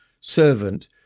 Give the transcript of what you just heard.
servant